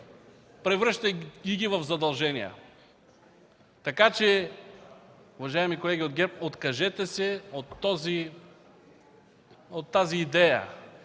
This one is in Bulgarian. превръщайки ги в задължения. Така че, уважаеми колеги от ГЕРБ, откажете се от тази идея.